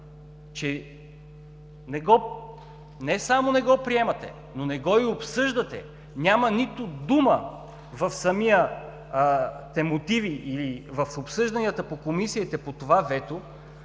че не само не го приемате, но не го и обсъждате, няма нито дума в самите мотиви или в обсъжданията по комисиите по това вето,